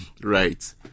Right